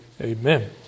Amen